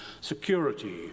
security